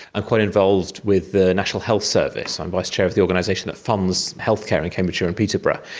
i'm quite involved with the national health service, i'm vice-chair of the organisation that funds healthcare in cambridge here in peterborough.